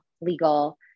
legal